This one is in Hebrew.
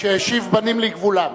שהשיב בנים לגבולם.